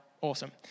Awesome